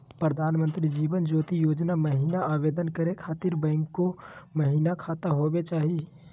प्रधानमंत्री जीवन ज्योति योजना महिना आवेदन करै खातिर बैंको महिना खाता होवे चाही?